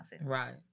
Right